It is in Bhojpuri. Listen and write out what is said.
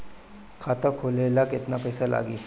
खाता खोले ला केतना पइसा लागी?